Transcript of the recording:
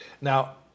Now